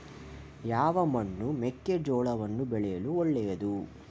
ಯಾವ ಮಣ್ಣು ಮೆಕ್ಕೆಜೋಳವನ್ನು ಬೆಳೆಯಲು ಒಳ್ಳೆಯದು?